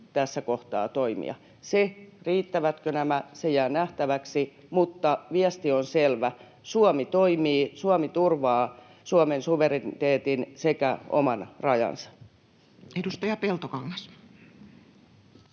tässä kohtaa toimia. Se, riittävätkö nämä, jää nähtäväksi, mutta viesti on selvä: Suomi toimii, Suomi turvaa Suomen suvereniteetin sekä oman rajansa. [Speech 38] Speaker: